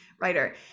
Writer